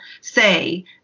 say